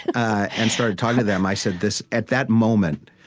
ah and started talking to them, i said, this at that moment,